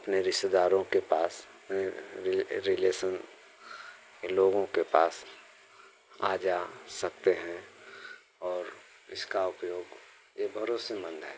अपने रिश्तेदारों के पास रि रि रिलेसन के लोगों के पास आ जा सकते हैं और इसका उपयोग ये भरोसेमंद है